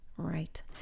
Right